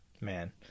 man